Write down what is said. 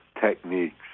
techniques